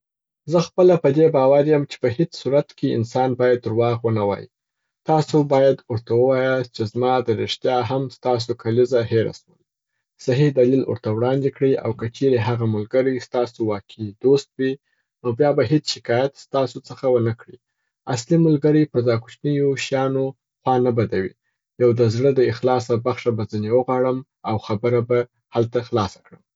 زه خپله په دې باور یم چې په هیڅ صورت کې انسان باید درواغ و نه وايي. تاسو باید ورته ووایاست چې زما د ریښتیا هم ستاسو کلیزه هیره سوه. صحح دلیل ورته وړاندي کړي او که چیري هغه ملګري ستاسو واقعي دوست وي، نو بیا به هیڅ شکایت ستاسو څخه و نه کړي. اصلي ملګري پر دا کوچنیو شیانو خوا نه بدوي. یو د زړه د اخلاصه بخښه به ځيني وغواړم او خبره به هلته خلاصه کړم.